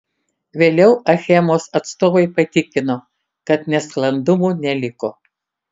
vėliau achemos atstovai patikino kad nesklandumų neliko